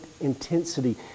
intensity